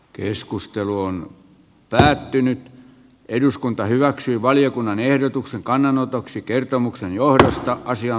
tämä ei ole yleinen ilmiö mutta jossain päin tämmöistä pientä oireilua on